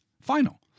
final